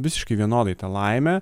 visiškai vienodai ta laimė